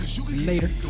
Later